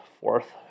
fourth